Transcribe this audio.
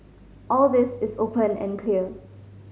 all this is open and clear